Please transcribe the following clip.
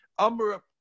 Amra